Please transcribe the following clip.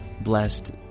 blessed